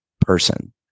person